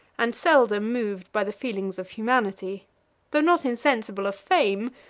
and seldom moved by the feelings of humanity though not insensible of fame,